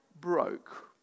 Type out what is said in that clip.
broke